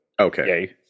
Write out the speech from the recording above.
okay